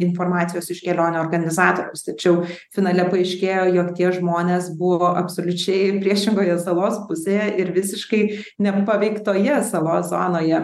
informacijos iš kelionių organizatoriaus tačiau finale paaiškėjo jog tie žmonės buvo absoliučiai priešingoje salos pusėje ir visiškai nepaveiktoje salos zonoje